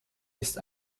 ist